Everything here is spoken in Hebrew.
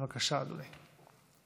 בבקשה, אדוני.